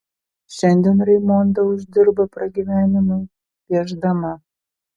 šiandien raimonda uždirba pragyvenimui piešdama